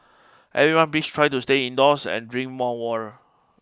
everyone please try to stay indoors and drink more water